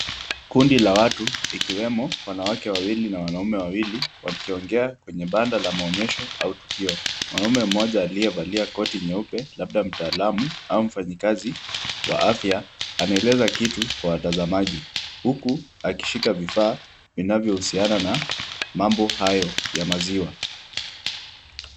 Kundi la watu ikiwemo wanawake wawili na wanaume wawili wakiongea kwenye banda la maonyesho au tukio. Mwanaume mmoja aliyevalia koti nyeupe labda mtaalamu au mfanyikazi wa afya anaeleza kitu kwa watazamaji huku akishika vifaa vinavyohusiana na mambo hayo ya maziwa.